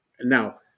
Now